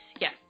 Yes